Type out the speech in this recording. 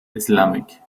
islamic